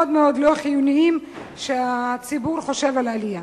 מאוד לא חיוניים שהציבור חושב על העלייה.